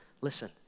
listen